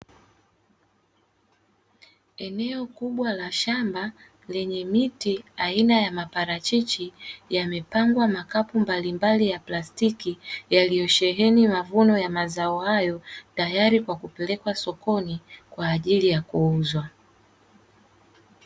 Eneo kubwa la shamba, lenye miti aina ya maparachichi, yamepangwa makapu mbalimbali ya plastiki, yaliyo sheheni mavuno ya mazao hayo, tayari kwa kupelekkwa sokoni kwa ajili ya kuuzwa.